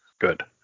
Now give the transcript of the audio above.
Good